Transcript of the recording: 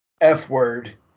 f-word